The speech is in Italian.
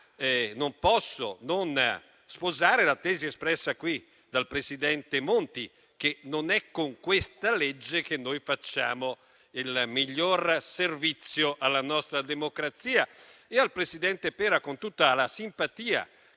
non posso non sposare la tesi espressa qui dal presidente Monti, ossia che non è con questa legge che noi facciamo il miglior servizio alla nostra democrazia. Al presidente Pera, con tutta la simpatia